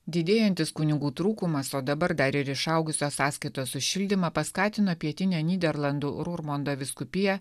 didėjantis kunigų trūkumas o dabar dar ir išaugusios sąskaitos už šildymą paskatino pietinę nyderlandų rurmondo vyskupiją